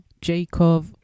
Jacob